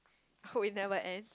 hope it never end